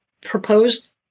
Proposed